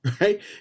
right